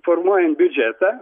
formuojant biudžetą